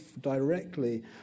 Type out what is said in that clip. directly